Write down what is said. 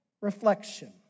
reflection